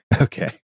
Okay